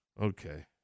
Okay